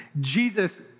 Jesus